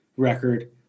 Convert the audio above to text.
record